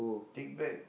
take back